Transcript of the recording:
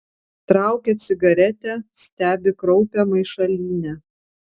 traukia cigaretę stebi kraupią maišalynę